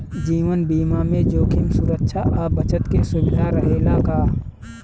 जीवन बीमा में जोखिम सुरक्षा आ बचत के सुविधा रहेला का?